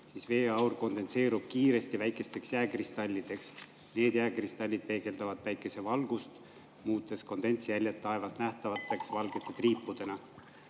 ja veeaur kondenseerub kiiresti väikesteks jääkristallideks. Need jääkristallid peegeldavad päikesevalgust, muutes kondensjäljed taevas nähtavateks valgete triipudena.